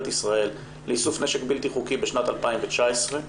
ישראל לאיסוף נשק בלתי-חוקי בשנת 2019?